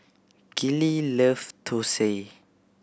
Gillie loves Thosai